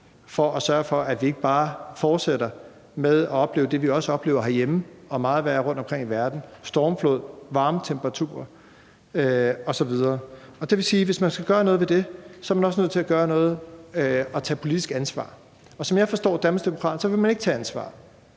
for at sørge for, at vi ikke bare fortsætter med at opleve det, vi også oplever herhjemme og meget værre rundtomkring i verden: stormflod, høje temperaturer osv. Det vil sige, at hvis man skal gøre noget ved det, er man også nødt til at tage politisk ansvar. Som jeg forstår Danmarksdemokraterne, vil man ikke tage ansvar